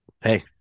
Hey